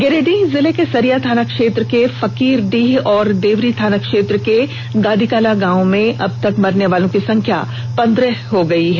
गिरिडीह जिले के सरिया थाना क्षेत्र के फकीरडीह एवं देवरी थानाक्षेत्र के गादीकला ग्राम में अबतक मरने वालों की संख्या पंद्रह हो गई है